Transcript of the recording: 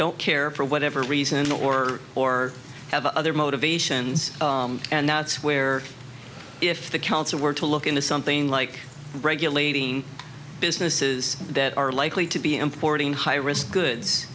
don't care for whatever reason or or have other motivations and that's where if the council were to look into something like regulating businesses that are likely to be importing high risk goods